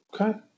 Okay